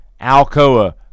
Alcoa